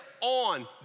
on